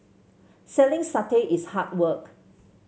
selling satay is hard work